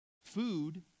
Food